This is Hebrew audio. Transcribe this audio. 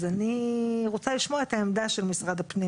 אז אני רוצה לשמוע את העמדה של משרד הפנים